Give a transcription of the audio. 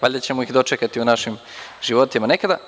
Valjda ćemo ih dočekati u našim životima nekada.